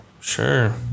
Sure